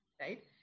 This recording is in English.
right